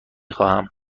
خواهم